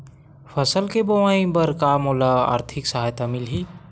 फसल के बोआई बर का मोला आर्थिक सहायता मिलही?